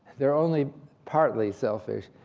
they're only partly selfish,